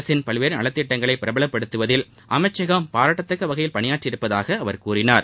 அரசின் பல்வேறு நலத்திட்டங்களை பிரபலப்படுத்துவதில் அமைச்சகம் பாராட்டத்தக்க வகையில் பணியாற்றியிருப்பதாக அவர் கூறினார்